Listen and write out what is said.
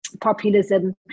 populism